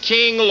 King